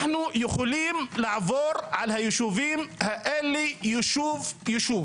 אנחנו יכולים לעבור על הישובים האלה ישוב-ישוב.